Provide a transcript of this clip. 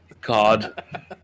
god